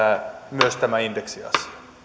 myös tämä indeksiasia